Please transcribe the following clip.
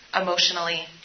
emotionally